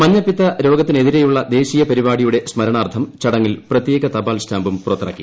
മഞ്ഞപ്പിത്ത രോഗത്തിനെതിരെയുള്ള ദേശീയ പരിപാടിയുടെ സ്മരണാർത്ഥം ചടങ്ങിൽ പ്രത്യേക തപാൽ സ്റ്റാമ്പും പുറത്തിറക്കി